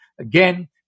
Again